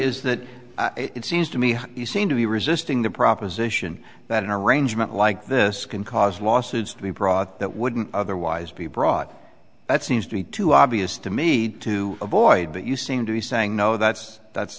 that it seems to me you seem to be resisting the proposition that in arrangement like this can cause lawsuits to be brought that wouldn't otherwise be brought that seems to be too obvious to me to avoid but you seem to be saying no that's that's